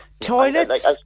Toilets